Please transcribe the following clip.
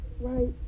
Right